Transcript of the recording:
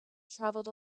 traveled